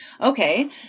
Okay